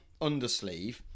undersleeve